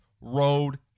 road